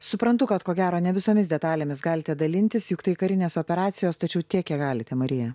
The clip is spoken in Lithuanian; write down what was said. suprantu kad ko gero ne visomis detalėmis galite dalintis juk tai karinės operacijos tačiau tiek kiek galite marija